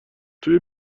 توی